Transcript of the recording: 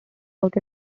out